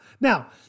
Now